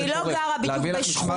ואני לא גרה בשכונה,